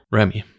Remy